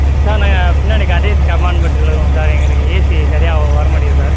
sir நாங்கள் பின்னாடி கடைசி கம்பார்ட்மெண்ட்டில் இருக்கோம் சார் எங்களுக்கு ஏசி சரியாக வரமாட்டிங்குது சார்